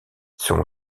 son